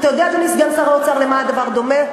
אתה יודע, אדוני, סגן שר האוצר, למה הדבר דומה?